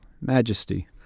Majesty